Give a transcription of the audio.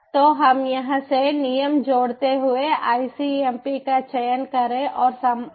तो हम यहां से नियम जोड़ते हुए ICMP का चयन करें और संपादित करें